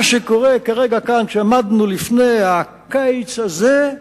מה שקורה כרגע כאן, כשעמדנו לפני הקיץ הזה,